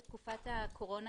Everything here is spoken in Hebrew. בתקופת הקורונה,